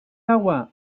agua